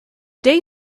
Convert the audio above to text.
day